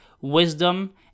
wisdom